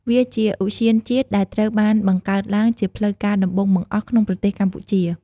វាជាឧទ្យានជាតិដែលត្រូវបានបង្កើតឡើងជាផ្លូវការដំបូងបង្អស់ក្នុងប្រទេសកម្ពុជា។